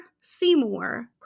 Seymour